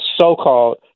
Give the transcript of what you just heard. so-called